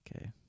Okay